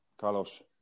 Carlos